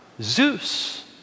Zeus